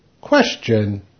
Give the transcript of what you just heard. Question